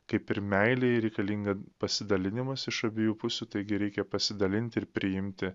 kaip ir meilei reikalinga pasidalinimas iš abiejų pusių taigi reikia pasidalinti ir priimti